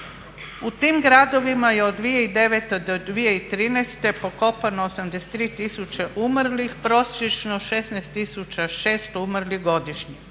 U tim gradovima je od 2009. do 2013. pokopano 83 000 umrlih, prosječno 16 600 umrlih godišnje.